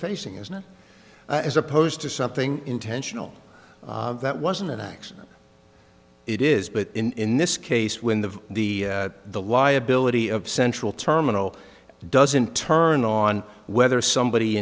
facing is not as opposed to something intentional that wasn't an accident it is but in this case when the the the liability of central terminal doesn't turn on whether somebody